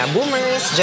Boomers